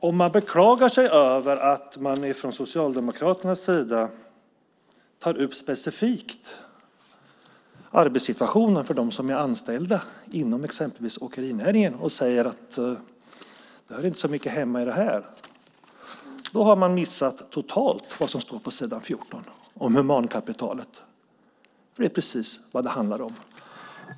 Om man beklagar sig över att vi från Socialdemokraternas sida specifikt tar upp arbetssituationen för dem som är anställda inom exempelvis åkerinäringen och säger att det inte hör hemma så mycket i utlåtandet, då har man totalt missat vad som står på s. 14 om humankapitalet, för det är precis vad det handlar om.